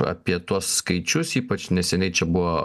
apie tuos skaičius ypač neseniai čia buvo